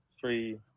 three